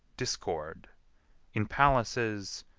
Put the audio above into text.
discord in palaces,